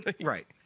Right